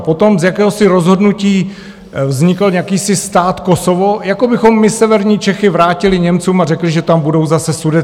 Potom z jakéhosi rozhodnutí vznikl jakýsi stát Kosovo, jako bychom my severní Čechy vrátili Němcům a řekli, že tam budou zase Sudety.